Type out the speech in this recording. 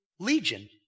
Legion